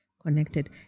Connected